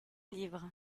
livre